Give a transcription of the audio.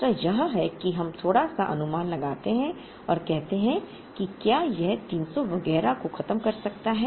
दूसरा यह है कि हम थोड़ा सा अनुमान लगाते हैं और कहते हैं कि क्या यह 300 वगैरह को खत्म कर सकता है